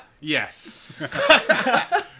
Yes